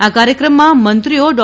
આ કાર્યક્રમમાં મંત્રીઓ ડો